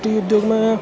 कुटीर उद्योगमे